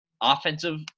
offensive